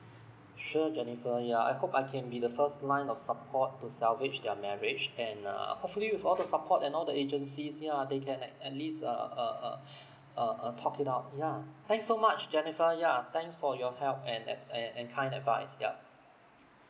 sure jennifer yeah I hope I can be the first line of support to salvage their marriage and uh hopefully with all the support and all the agencies yeah they can at at least uh uh uh uh uh talk it out yeah thanks so much jennifer yeah thanks for your help and at and and kind advice yup